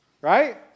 right